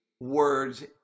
words